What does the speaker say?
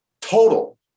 total